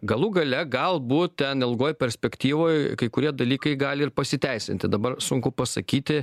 galų gale galbūt ten ilgoj perspektyvoj kai kurie dalykai gali ir pasiteisinti dabar sunku pasakyti